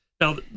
Now